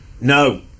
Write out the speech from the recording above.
No